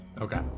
Okay